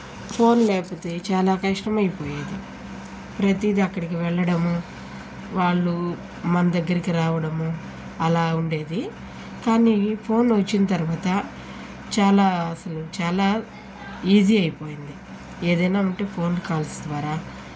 phone లేకపోతే చాలా కష్టమైపోయేది ప్రతీది అక్కడికి వెళ్ళడము వాళ్ళు మన దగ్గరికి రావడము అలా ఉండేది కానీ ఫోన్ వచ్చిన తరువాత చాలా అసలు చాలా ఈజీ అయిపోయింది ఏదైనా ఉంటే ఫోన్ కాల్స్ ద్వారా